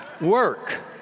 work